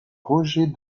roger